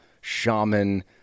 shaman